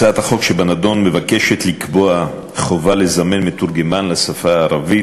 הצעת החוק שבנדון מבקשת לקבוע חובה לזמן מתורגמן לשפה הערבית,